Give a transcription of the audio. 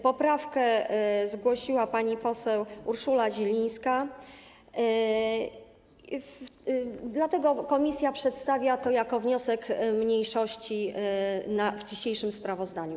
Poprawkę zgłosiła pani poseł Urszula Zielińska, dlatego komisja przedstawia to jako wniosek mniejszości w dzisiejszym sprawozdaniu.